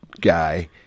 guy